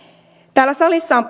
täällä salissa on